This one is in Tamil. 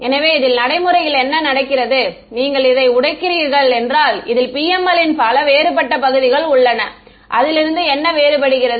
எனவே இதில் நடைமுறையில் என்ன நடக்கிறது நீங்கள் இதை உடைக்கிறீர்கள் என்றால் இதில் PML ன் பல வேறுபட்ட பகுதிகள் உள்ளன அதிலிருந்து என்ன வேறுபடுகிறது